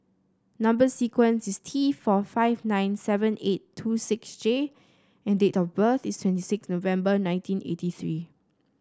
number sequence is T four five nine seven eight two six J and date of birth is twenty six November nineteen eighty three